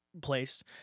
place